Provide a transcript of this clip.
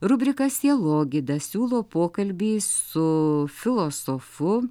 rubrika sielogyda siūlo pokalbį su filosofu